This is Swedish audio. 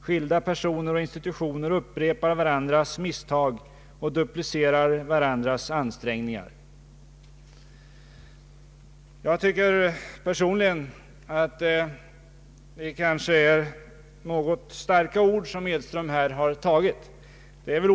Skilda personer och institutioner upprepar varandras misstag och duplicerar varandras ansträngningar.” Jag anser personligen att det kanske är något starka ord som Edström här har tagit till.